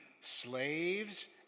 slaves